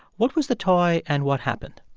what was the toy, and what happened?